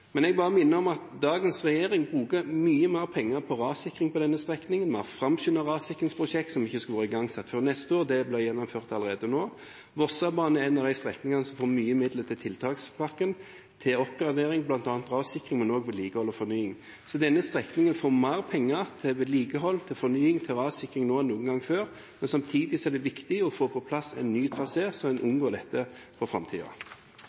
Jeg vil bare minne om at dagens regjering bruker mye mer penger på rassikring på denne strekningen. Vi har framskyndet rassikringsprosjekt som ikke skulle vært igangsatt før neste år. Det blir gjennomført allerede nå. Vossebanen er en av de strekningene som får mye midler i tiltakspakken, til oppgradering, bl.a. rassikring, men også til vedlikehold og fornying. Så denne strekningen får mer penger til vedlikehold, fornying og rassikring enn noen gang før. Samtidig er det viktig å få på plass en ny trasé, sånn at en unngår dette